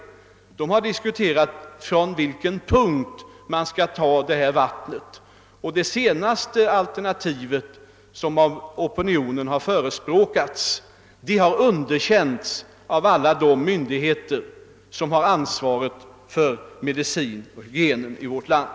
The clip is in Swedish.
Bolmenopinionen har diskuterat från vilken punkt detta vatten skall tas. Det senaste alternativ som opinionen har förespråkat har underkänts av alla de myndigheter som har ansvaret för medicinen och hygienen i vårt land.